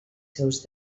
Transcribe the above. seus